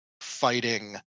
fighting